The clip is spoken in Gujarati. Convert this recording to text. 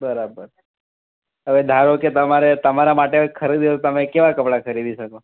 બરાબર હવે ધારો કે તમારે તમારા માટે ખરીદવું હોય તો તમે કેવાં કપડાં ખરીદી શકો